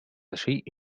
شيء